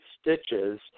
stitches